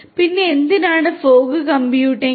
പിന്നെ എന്തിനാണ് fog computing